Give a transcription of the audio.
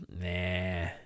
Nah